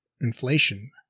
Inflation